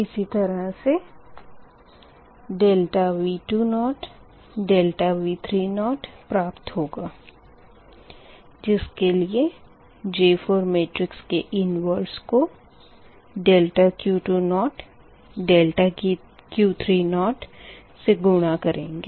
इसी तरह से ∆V20 ∆V30 प्राप्त होगा जिसके लिए J4 मेट्रिक्स के इनवर्स को ∆Q20 ∆Q30 से गुणा करेंगे